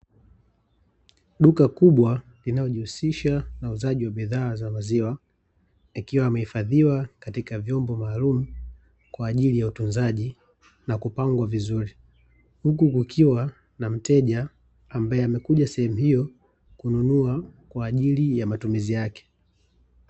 Duka kubwa linalojihusisha na uuzaji wa bidhaa za maziwa, ikiwa yamehifadhiwa katika vyombo maalumu kwaajili ya utunzaji na kupangwa vizuri, huku kukiwa na mteja ambaye amekuja sehemu hiyo kununua kwaajili ya matumizi yake.